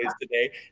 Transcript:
today